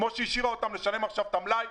כפי שהיא השאירה אותם לשלם עכשיו את המלאי,